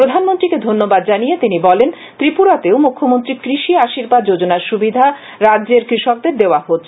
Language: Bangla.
প্রধানমন্ত্রীকে ধন্যবাদ জানিয়ে তিনি বলেন ত্রিপুরাতেও মুখ্যমন্ত্রী কৃষি আশির্বাদ যোজনার সুবিধা রাজ্যের কৃষকদের দেওয়া হচ্ছে